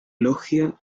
logia